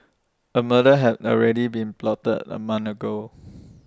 A murder had already been plotted A month ago